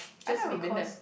I've never been there